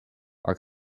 are